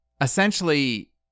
essentially